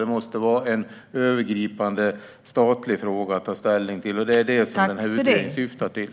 Det måste vara en övergripande statlig fråga att ta ställning till, och det är det som den här utredningen syftar till.